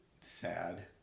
sad